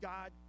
God